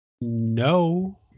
No